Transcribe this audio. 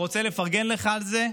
ורוצה לפרגן לך על זה,